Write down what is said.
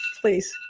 Please